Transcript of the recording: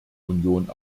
union